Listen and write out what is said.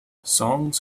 songs